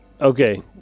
okay